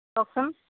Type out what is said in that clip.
কওকচোন